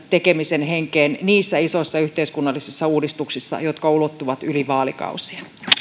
tekemisen henkeen niissä isoissa yhteiskunnallisissa uudistuksissa jotka ulottuvat yli vaalikausien